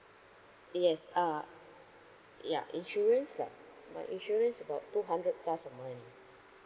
yes uh ya insurance like my insurance about two hundred plus a month